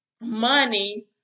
money